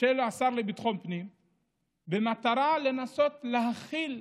של השר לביטחון פנים במטרה לנסות להכיל,